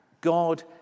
God